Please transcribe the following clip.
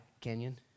Canyon